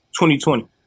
2020